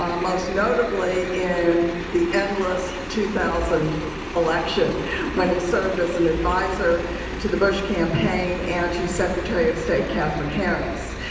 um most notably in the endless two thousand election when he served as an advisor to the bush campaign and to secretary of state katherine harris.